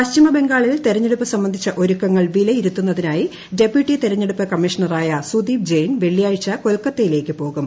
പശ്ചിമ ബംഗാളിൽ തെരഞ്ഞെടുപ്പ് സംബന്ധിച്ച ഒരുക്കങ്ങൾ വിലയിരുത്തുന്നതിനായി ഡെപ്യൂട്ടി തെരഞ്ഞെടുപ്പ് കമ്മീഷണറായ സുദീപ് ജെയിൻ വെള്ളിയാഴ്ച കൊൽക്കത്തയിലേക്ക് പോകും